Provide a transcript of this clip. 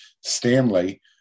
Stanley